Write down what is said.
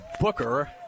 Booker